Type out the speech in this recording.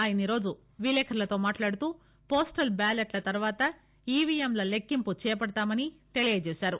ఆయన ఈ రోజు విలేకరులతో మాట్లాడుతూ పోస్టల్ బ్యాలెట్ల తర్వాత ఈవీఎంల లెక్కింపు చేపడతామని తెలియచేశారు